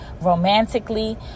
romantically